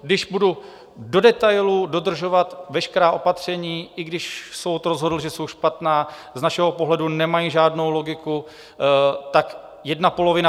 Když budu do detailu dodržovat veškerá opatření, i když soud rozhodl, že jsou špatná, z našeho pohledu nemají žádnou logiku, tak jedna polovina...